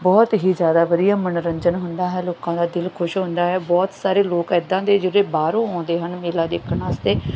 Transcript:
ਬਹੁਤ ਹੀ ਜ਼ਿਆਦਾ ਵਧੀਆ ਮਨੋਰੰਜਨ ਹੁੰਦਾ ਹੈ ਲੋਕਾਂ ਦਾ ਦਿਲ ਖੁਸ਼ ਹੁੰਦਾ ਹੈ ਬਹੁਤ ਸਾਰੇ ਲੋਕ ਇੱਦਾਂ ਦੇ ਜਿਹੜੇ ਬਾਹਰੋਂ ਆਉਂਦੇ ਹਨ ਮੇਲਾ ਦੇਖਣ ਵਾਸਤੇ